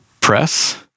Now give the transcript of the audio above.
Press